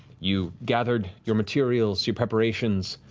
you gathered your materials, your preparations,